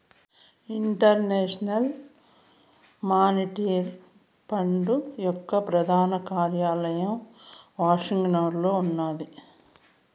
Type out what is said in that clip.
international monetary fund యొక్క ప్రధాన కార్యాలయం వాషింగ్టన్లో ఉన్నాది